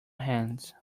hands